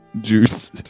juice